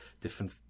different